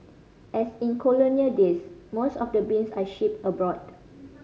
as in colonial days most of the beans are shipped abroad